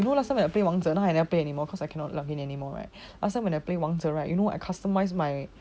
eh you know last time I play wangzhe now I never play anymore cause I cannot login anymore right last time when I play wangzhe right you know I customise my